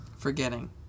Forgetting